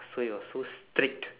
so it was so strict